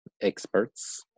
experts